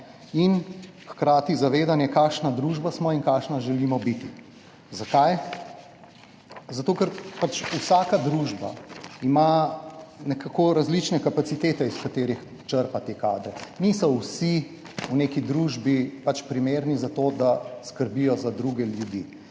in hkrati zavedanje, kakšna družba smo in kakšna želimo biti. Zakaj? Zato, ker ima pač vsaka družba nekako različne kapacitete, iz katerih črpa te kadre. Niso vsi v neki družbi primerni za to, da skrbijo za druge ljudi.